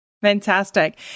Fantastic